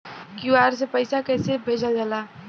QR से पैसा कैसे भेजल जाला?